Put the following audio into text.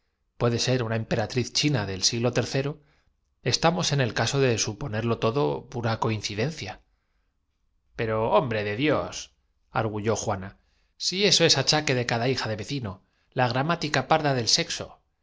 puede ser una emperatriz china del siglo adujo juanita encarándose con benjamín figúrense tercero estamos en el caso de suponerlo todo pura ustedes que hace poco cuando los chinos querían coincidencia mecharnos estos dos señores han creído reconocer á pero hombre de diosargüyó juana si eso es la difunta de don sindulfo que requiescat habráse vis achaque de cada hija de vecino la gramática parda to despropósito mayor del sexo y